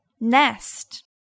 Nest